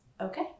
Okay